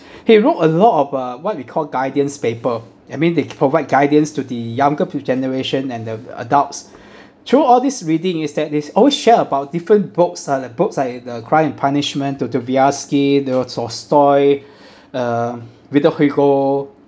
he wrote a lot of uh what we called guidance paper I mean they provide guidance to the younger generation and the adults through all this reading is that there's always share about different books uh the books like the cry and punishment fyodor dostoyevsky leo tolstoy uh victor hugo